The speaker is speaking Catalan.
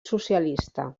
socialista